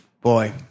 Boy